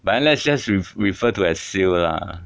but let's just ref~ refer to as syl lah